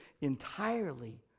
entirely